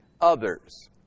others